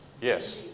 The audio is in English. Yes